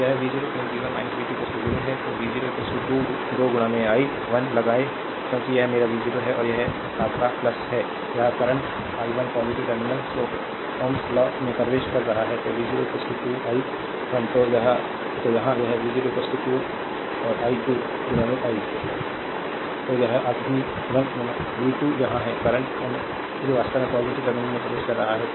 तो यह v0 v 1 v 2 0 है तो v0 2 i 1 लगाएं क्योंकि यह मेरा v0 है और यह your है यह current i 1 positive terminal so s law में प्रवेश कर रहा है तो v0 2 i 1 तो यहाँ यह v0 2 i2 i 1 है अब v 1 v 1 यहाँ है करंट ri 3 वास्तव में पॉजिटिव टर्मिनल में प्रवेश कर रहा है